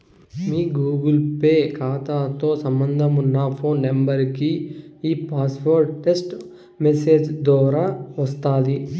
మీ Google Pay కాతాతో సంబంధమున్న phone నెంబరికి ఈ పాస్వార్డు టెస్టు మెసేజ్ దోరా వస్తాది